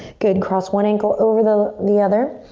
good, cross one ankle over the the other.